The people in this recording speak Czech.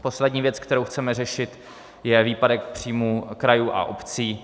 Poslední věc, kterou chceme řešit, je výpadek příjmů krajů a obcí.